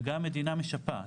וגם המדינה משפה.